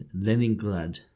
Leningrad